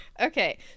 Okay